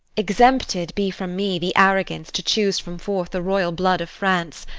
exempted be from me the arrogance to choose from forth the royal blood of france,